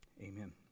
amen